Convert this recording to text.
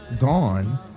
gone